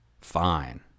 Fine